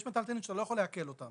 יש מיטלטלין שאתה לא יכול לעקל אותם.